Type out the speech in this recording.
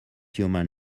human